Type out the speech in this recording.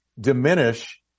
diminish